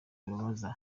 bibabaza